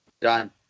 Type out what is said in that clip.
Done